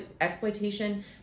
exploitation